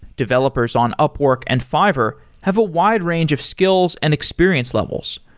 developers on upwork and fiverr have a wide range of skills and experience levels.